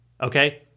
okay